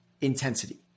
intensity